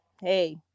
hey